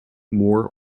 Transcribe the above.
moor